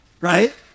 Right